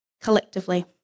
collectively